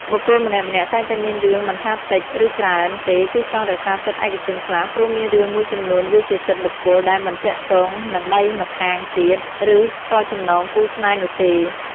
បុគ្គលម្នាក់ៗតែងតែមានរឿងមិនថាតិច ឬច្រើនទេគឺចង់រក្សាសិទ្ធឯកជនខ្លះ ព្រោះមានរឿងមួយចំនួនវាជាសិទ្ធបុគ្គលដែលមិនទាក់ទង និងដៃម្ខាងទៀត ឬក៏ចំណងគូរស្នេហ៍នោះទេ។